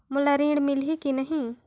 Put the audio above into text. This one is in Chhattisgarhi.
मोला ऋण मिलही की नहीं?